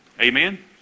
amen